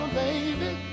baby